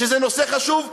שזה נושא חשוב,